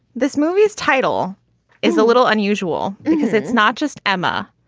this movie's title is a little unusual because it's not just emma,